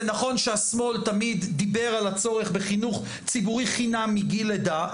זה נכון שהשמאל תמיד דיבר על הצורך בחינוך ציבורי חינם מגיל לידה,